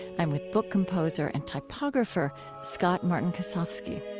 i'm with book composer and typographer scott-martin kosofsky